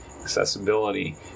accessibility